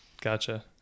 gotcha